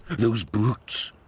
those brutes.